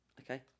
Okay